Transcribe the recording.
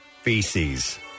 feces